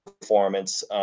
performance